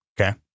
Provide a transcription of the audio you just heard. Okay